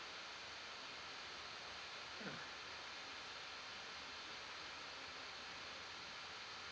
mm